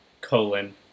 Colon